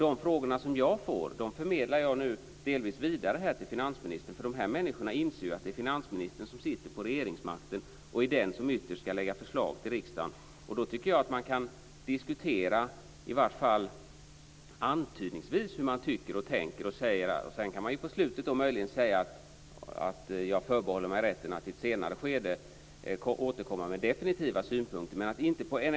De frågor jag får förmedlar jag delvis vidare till finansministern. De som frågar inser att det är finansministern som sitter på regeringsmakten. Han är den som ytterst skall lägga fram förslag till riksdagen. Då kan man i varje fall antydningsvis diskutera hur man tycker och tänker. Sedan kan man på slutet säga att man förbehåller sig rätten att återkomma med definitiva synpunkter i ett senare skede.